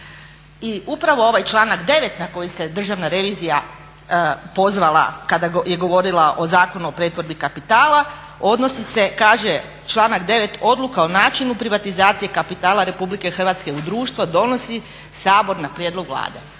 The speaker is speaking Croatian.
I upravo ovaj članak 9. na koji se Državna revizija pozvala kada je govorila o Zakonu o pretvorbi kapitala odnosi se, kaže članak 9. Odluka o načinu privatizacije kapitala Republike Hrvatske u društvo donosi Sabor na prijedlog Vlade.